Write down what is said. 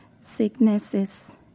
sicknesses